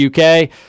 UK –